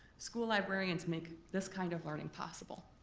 school librarians make this kind of learning possible.